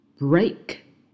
Break